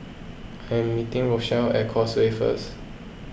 I am meeting Rochelle at Causeway first